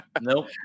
Nope